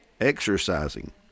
exercising